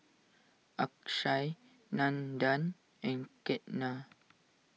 Akshay Nandan and Ketna